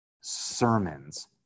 sermons